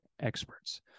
experts